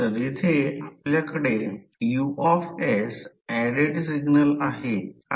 तर खरं तर H ही मॅग्नेटिक फिल्ड इन्टेन्सिटी आहे किंवा कधीकधी त्याला मग्नेटायझिंग फोर्स म्हणतात